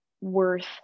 worth